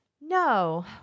No